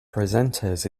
presenters